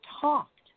talked